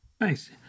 Nice